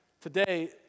Today